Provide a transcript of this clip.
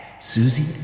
Susie